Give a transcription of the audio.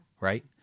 right